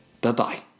Bye-bye